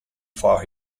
far